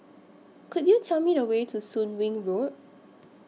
Could YOU Tell Me The Way to Soon Wing Road